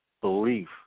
belief